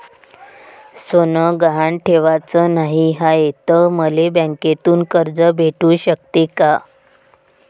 सोनं गहान ठेवाच नाही हाय, त मले बँकेतून कर्ज भेटू शकते का?